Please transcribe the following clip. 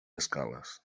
escales